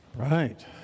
Right